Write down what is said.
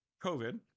COVID